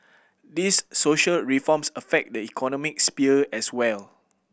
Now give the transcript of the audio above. these social reforms affect the economic sphere as well